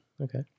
Okay